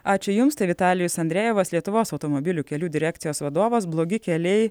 ačiū jums tai vitalijus andrejevas lietuvos automobilių kelių direkcijos vadovas blogi keliai